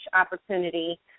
opportunity